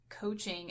coaching